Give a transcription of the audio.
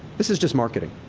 this is just marketing.